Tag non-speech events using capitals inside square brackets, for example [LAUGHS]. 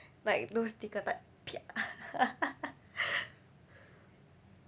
like those sticker type [NOISE] [LAUGHS]